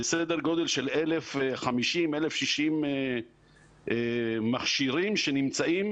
סדר גודל של 1,060-1,050 מכשירים שנמצאים